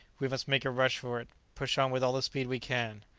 we must make a rush for it push on with all the speed we can.